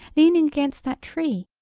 leaning against that tree.